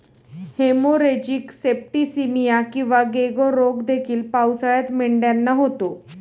haemorrhagic septicaemia किंवा गेको रोग देखील पावसाळ्यात मेंढ्यांना होतो